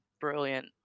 brilliant